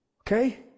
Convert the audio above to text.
Okay